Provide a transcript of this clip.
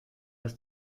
aus